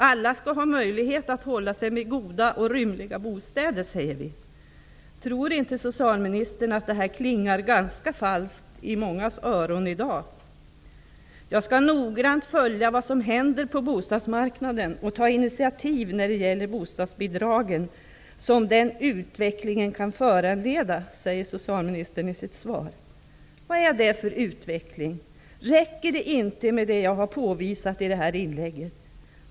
Alla skall ha möjlighet att hålla sig med goda och rymliga bostäder, säger vi. Tror inte socialministern att det här klingar ganska falskt i mångas öron i dag? Jag skall noggrant följa vad som händer på bostadsmarknaden och ta initiativ när det gäller bostadsbidragen som den utvecklingen kan föranleda, som socialministern säger i sitt svar. Vad är det för utveckling? Räcker det inte med det som jag har påvisat i det här inlägget?